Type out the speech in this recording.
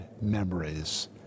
memories